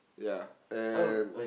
ya and